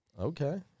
Okay